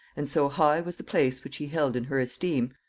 and so high was the place which he held in her esteem,